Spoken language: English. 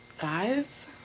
guys